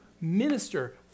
minister